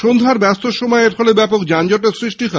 সন্ধ্যায় ব্যস্ত সময়ে এরফলে ব্যাপক যানজটের সৃষ্টি হয়